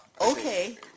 Okay